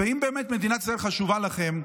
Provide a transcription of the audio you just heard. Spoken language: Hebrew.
אם מדינת ישראל באמת חשובה לכם,